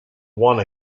one